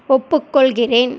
ஒப்புக்கொள்கிறேன்